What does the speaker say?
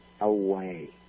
away